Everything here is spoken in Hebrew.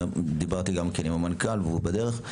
דיברתי גם עם המנכ"ל והוא בדרך.